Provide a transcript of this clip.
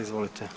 Izvolite.